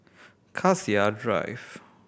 Cassia Drive